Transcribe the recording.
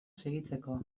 segitzeko